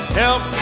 help